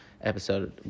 episode